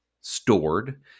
stored